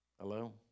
Hello